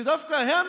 שדווקא הם